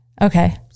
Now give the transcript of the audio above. okay